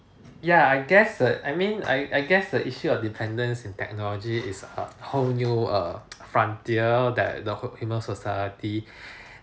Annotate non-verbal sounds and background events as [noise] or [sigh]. ya I guess that I mean I I guess the issue of dependence in technology is a whole new err [noise] frontier that the hu~ human society [breath]